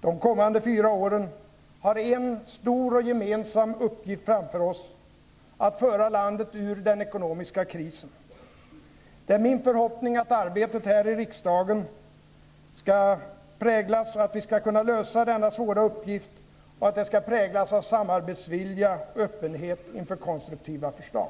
de kommande fyra åren har en stor och gemensam uppgift framför oss att föra landet ur den ekonomiska krisen. Det är min förhoppning att arbetet här i riksdagen skall präglas av att vi kan lösa denna svåra uppgift och av samarbetsvilja och öppenhet inför konstruktiva förslag.